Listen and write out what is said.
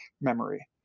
memory